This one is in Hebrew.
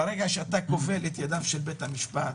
שאתה כובל את ידיו של בית המשפט,